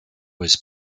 was